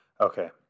Okay